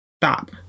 stop